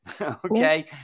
Okay